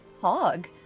Hog